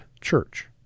church